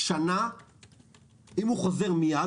אם הוא חוזר מיד,